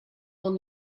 will